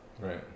Right